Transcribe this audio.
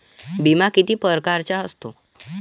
बिमा किती परकारचा असतो?